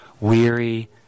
weary